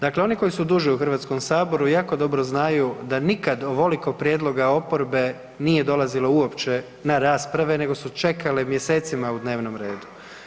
Dakle, oni koji su duže u Hrvatskom saboru jako dobro znaju da nikad ovoliko prijedloga oporbe nije dolazilo uopće na rasprave, nego su čekale mjesecima u dnevnom redu.